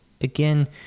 again